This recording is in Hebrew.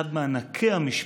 אחד מענקי המשפט,